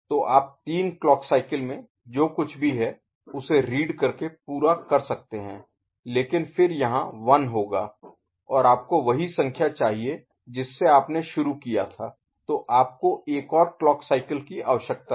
तो आप तीन क्लॉक साइकिल में जो कुछ भी है उसे रीड करके पूरा कर सकते हैं लेकिन फिर यहां 1 होगा और आपको वही संख्या चाहिए जिससे आपने शुरू किया था तो आपको एक और क्लॉक साइकिल की आवश्यकता है